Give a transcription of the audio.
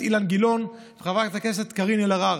אילן גילאון וחברת הכנסת קארין אלהרר,